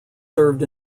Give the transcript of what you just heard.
served